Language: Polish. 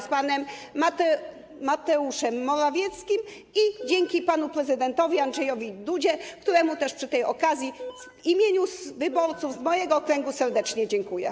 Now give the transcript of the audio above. na czele z panem Mateuszem Morawieckim i dzięki panu prezydentowi Andrzejowi Dudzie, któremu też przy tej okazji w imieniu wyborców z mojego okręgu serdecznie dziękuję.